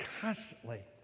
constantly